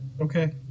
Okay